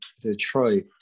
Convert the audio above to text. Detroit